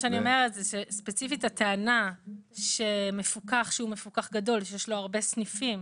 אני אומרת שספציפית הטענה שמפוקח שהוא מפוקח גדול שיש לו הרבה סניפים,